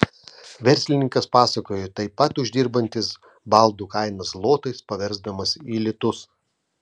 verslininkas pasakojo taip pat uždirbantis baldų kainą zlotais paversdamas į litus